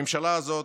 הממשלה הזאת,